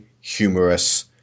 humorous –